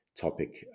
topic